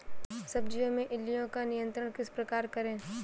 सब्जियों में इल्लियो का नियंत्रण किस प्रकार करें?